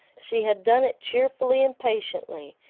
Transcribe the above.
she had done it cheerfully and patiently,